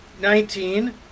nineteen